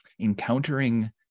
encountering